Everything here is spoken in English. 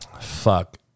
fuck